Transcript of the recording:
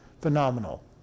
phenomenal